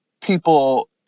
people